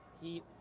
Heat